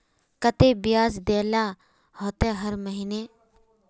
केते बियाज देल ला होते हर महीने?